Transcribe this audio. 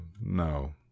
no